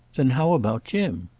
then how about jim?